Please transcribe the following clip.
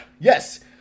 Yes